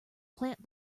plant